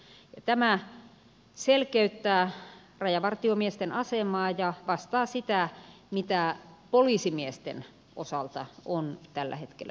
tämä selkeyttää rajavartiomiesten asemaa ja vastaa sitä mitä poliisimiesten osalta on tällä hetkellä säädetty